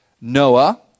Noah